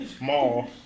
mall